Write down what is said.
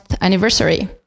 anniversary